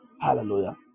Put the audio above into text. Hallelujah